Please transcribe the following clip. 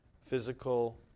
physical